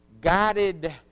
guided